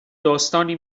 داستانی